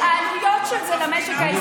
את מפגינה בורות.